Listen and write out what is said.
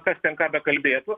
kas ten ką bekalbėtų